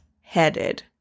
headed